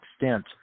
extent